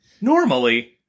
normally